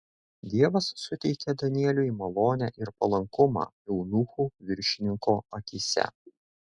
dievas suteikė danieliui malonę ir palankumą eunuchų viršininko akyse